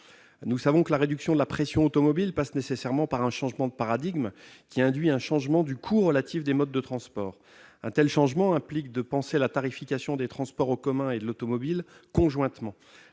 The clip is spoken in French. Nous savons que la réduction de la pression automobile passe nécessairement par un changement de paradigme, qui induit une modification du coût relatif des modes de transport. Un tel changement implique de penser conjointement la tarification des transports en commun et de l'automobile.